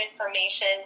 information